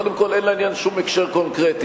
קודם כול, אין לעניין שום הקשר קונקרטי.